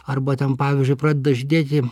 arba ten pavyzdžiui pradeda žydėti